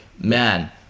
man